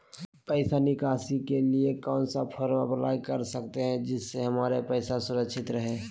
पैसा निकासी के लिए कौन सा फॉर्म अप्लाई कर सकते हैं जिससे हमारे पैसा सुरक्षित रहे हैं?